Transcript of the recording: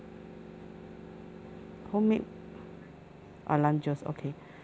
homemade ah lime juice okay